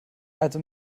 also